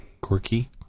Quirky